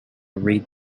read